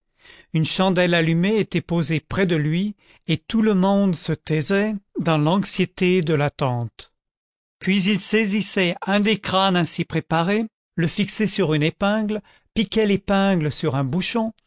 une chandelle allumée était posée près de lui et tout le monde se taisait dans l'anxiété de l'attente puis il saisissait un des crânes ainsi préparés le fixait sur une épingle piquait l'épingle sur un bouchon